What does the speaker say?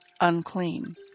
unclean